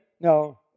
No